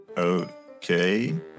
Okay